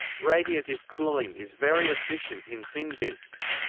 radiative cooling is very efficient in thin disks.